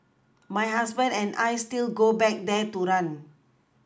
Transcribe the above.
my husband and I still go back there to run